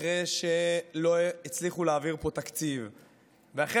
אחרי שלא הצליחו להעביר פה תקציב ואחרי